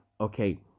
okay